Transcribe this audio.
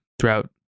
throughout